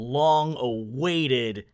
long-awaited